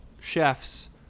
chefs